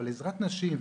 אבל עזרת נשים,